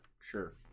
Sure